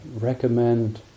recommend